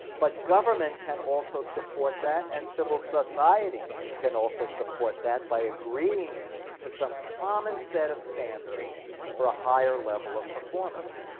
but government can also support that and civil society can also support that by agreeing to some common set of standards for a higher level of performance.